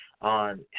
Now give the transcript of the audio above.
on